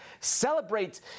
celebrate